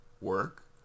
work